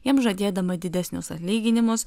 jiems žadėdama didesnius atlyginimus